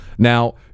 Now